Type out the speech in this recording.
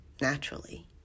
naturally